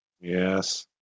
Yes